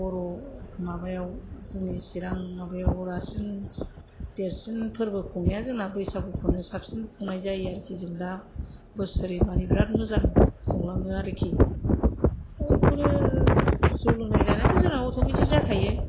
बर' माबायाव जोंनि सिरां माबायाव रासिन देरसिन फोरबो खुंनाया जोंहा बैसागुखौनो साबसिन खुंनाय जायो आरो जों दा बोसोरे मानि बिराथ मोजां खुंलाङो आरोखि दा बेखौनो जौ लोंनाय जानायाथ' जोंना अथ'मेथिक जाखायो